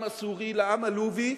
לעם הסורי, לעם הלובי,